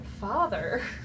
father